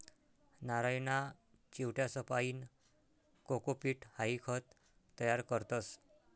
नारयना चिवट्यासपाईन कोकोपीट हाई खत तयार करतस